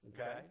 Okay